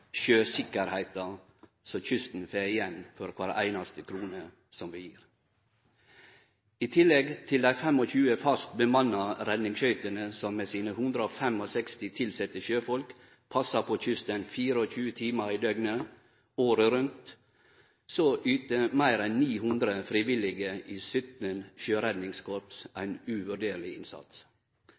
som kysten får igjen for kvar einaste krone vi gir. I tillegg til dei 25 fast bemanna redningsskøytene – som med sine 165 tilsette sjøfolk passar på kysten 24 timar i døgnet, året rundt – yter meir enn 900 frivillige i 17 sjøredningskorps ein uvurderleg innsats.